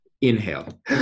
inhale